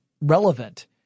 relevant